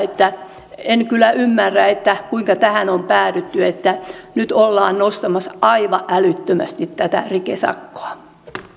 en kyllä ymmärrä kuinka tähän on päädytty että nyt ollaan nostamassa aivan älyttömästi tätä rikesakkoa